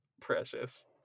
Precious